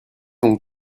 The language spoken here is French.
donc